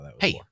Hey